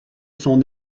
son